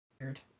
weird